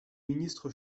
ministre